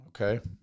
Okay